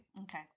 Okay